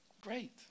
Great